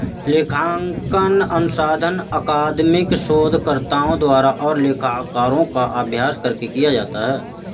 लेखांकन अनुसंधान अकादमिक शोधकर्ताओं द्वारा और लेखाकारों का अभ्यास करके किया जाता है